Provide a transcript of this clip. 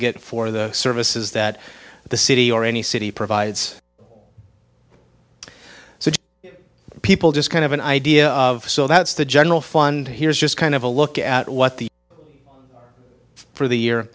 get for the services that the city or any city provides so people just kind of an idea of so that's the general fund here is just kind of a look at what the for the year